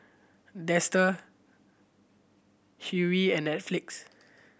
Dester wei and Netflix